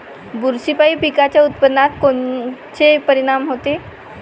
बुरशीपायी पिकाच्या उत्पादनात कोनचे परीनाम होते?